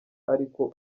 ariko